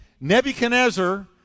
Nebuchadnezzar